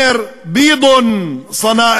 שאומר: (אומר בערבית ומתרגם:) "בידון" זה